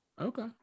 Okay